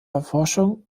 erforschung